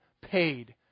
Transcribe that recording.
paid